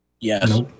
Yes